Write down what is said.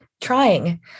trying